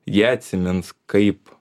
jie atsimins kaip